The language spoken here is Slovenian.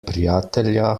prijatelja